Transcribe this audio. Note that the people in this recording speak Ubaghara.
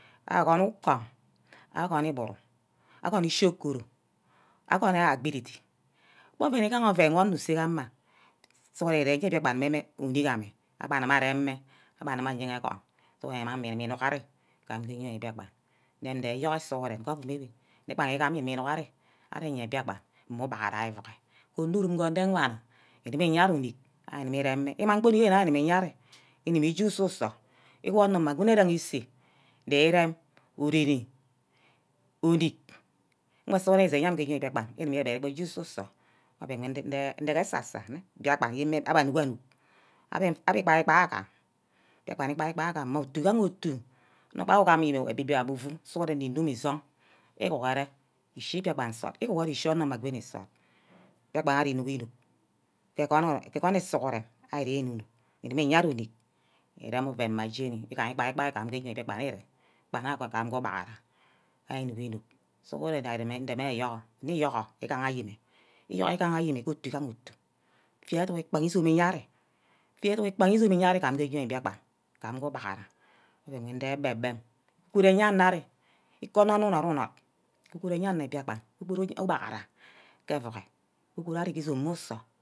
Agoni iburu, agon ishorkoro, agone gbigidi gba oven mme oven onor usay ke amah sughuren ure gba aje mme enick ameh, agbana mme arem-mme agaga aye egod sughuren imang mme ugubu inuck ari gage eyea mbiakpan yene indegi iyorghu sughuren ovum ewe ikpagamme igam inuck ari ari eyea mbiakpan, mme ugaghara ke ovuro, anor rum ke ene-wan ugume iyea ari unik ari gumme eremme, imang gba onick eyea ari inumoh ise usu-sor igwaha mma jeni eren usag ndireme ure-re, udick, mme suguren inimeh amin ke biakpan ugume ire gba je usu sor mme oven wey ndege ke esa-sa biakpan ime abbe anuck-anuck abe igbai-igbai agam biakpan igbai-igbai agam, otu igaha otuwor abbe amang ebi-biri afu sughuren unime isung igwurure ishi mbiakpan isort, igwuhure ishi onor mma goni nsort biakpa ire inuck, inuck ke egomeh sughure, ari ire enuck-uck ke nye ari enuck irem oven mma jeni igaha igbai-igbai igam ke mbiakpan ire gba nna ke ubaghara ari inuck-inuck sughuren area ndime ayourgoh, nne iyourghu igaha ayemeh, iyorghu igaha ayime ke otu igaha otu, ifed edug ikpaha izome iye ari, ifed adug ikpaha educk iyea ari ke ojoi biakpan, gamm ke ubaghara ari reme ke egbe-bem, kpor ayenne ari, kube onor-nor unord unord, ikpor ayenne mbiakpan, ubaghara ke evuror ukunu ari izome mme usor.